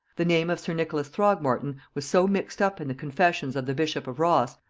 the name of sir nicholas throgmorton was so mixed up in the confessions of the bishop of ross,